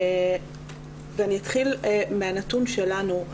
אני אתחיל מהנתון שלנו.